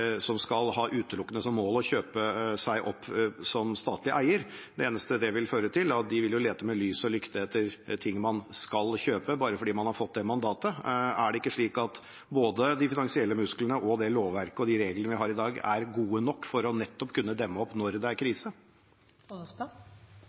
eneste det vil føre til, er at de vil lete med lys og lykte etter ting man skal kjøpe, bare fordi man har fått det mandatet. Er det ikke slik at både de finansielle musklene og det lovverket og de reglene vi har i dag, er gode nok for nettopp å kunne demme opp når det er